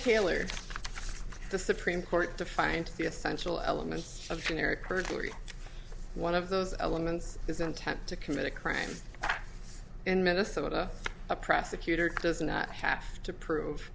taylor the supreme court to find the essential elements of generic perjury one of those elements is intent to commit a crime in minnesota a prosecutor doesn't have to prove